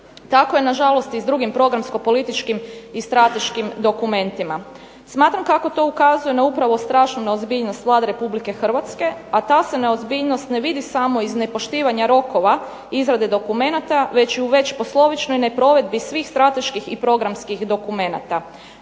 Tako je nažalost i s drugim programsko-političkim i strateškim dokumentima. Smatram kako to ukazuje na upravo strašnu neozbiljnost Vlade Republike Hrvatske, a ta se neozbiljnost ne vidi samo iz nepoštivanja rokova izrade dokumenata, već i u već poslovičnoj neprovedbi svih strateških i programskih dokumenata.